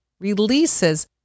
releases